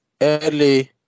early